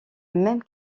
même